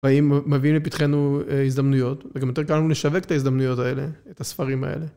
באים.. מביאים לפתחנו אה.. הזדמנויות וגם יותר קל לנו לשווק את ההזדמנויות האלה, את הספרים האלה.